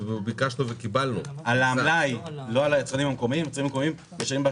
אבל יש לנו בלאי קבוע של 10%. ולפעמים גם יורד גשם ומרטיב את